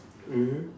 mmhmm